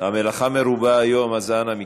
המלאכה מרובה היום, אז אנא מכם.